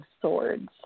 swords